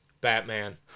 batman